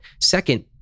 Second